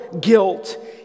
guilt